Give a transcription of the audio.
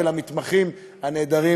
ולמתמחים הנהדרים,